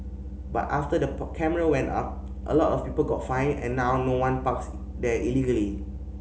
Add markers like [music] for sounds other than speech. but after the [unintelligible] camera went up a lot of people got fined and now no one parks there illegally